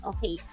Okay